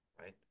right